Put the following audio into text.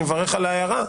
אני מברך על ההערה,